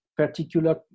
particular